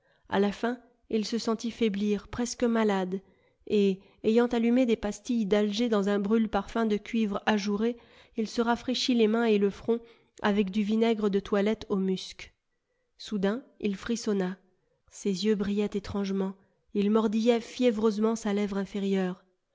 a la fin il se sentit faiblir presque malade et ayant allumé des pastilles d'alger dans un brûle parfums de cuivre ajouré il se rafraîchit les mains et le front avec du vinaigre de toilette au musc soudain il frissonna ses yeux brillaient étrange oi ment il mordillait fiévreusement sa lèvre inférieure